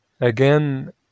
again